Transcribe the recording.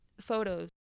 photos